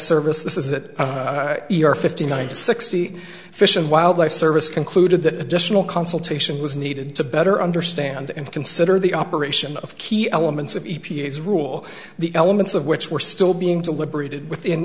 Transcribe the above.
service this is that your fifty nine sixty fish and wildlife service concluded that additional consultation was needed to better understand and consider the operation of key elements of b p s rule the elements of which were still being to liberated within